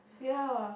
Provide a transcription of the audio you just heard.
ya